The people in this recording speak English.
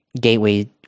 Gateway